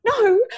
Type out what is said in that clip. No